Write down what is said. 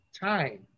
time